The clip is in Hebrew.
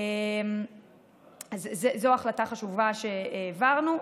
זו החלטה חשובה שהעברנו.